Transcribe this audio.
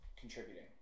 contributing